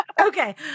Okay